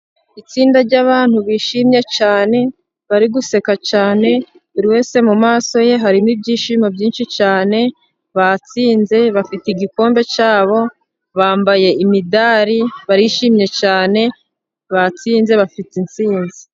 Itsinda ry'abantu bishimye cyane bari guseka cyane, buri wese mumaso ye harimo ibyishimo byinshi cyane, batsinze bafite igikombe cyabo, bambaye imidari, barishimye cyane, batsinze, bafite intsinzi.